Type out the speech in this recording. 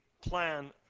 plan